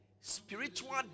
Spiritual